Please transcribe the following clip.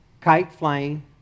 kite-flying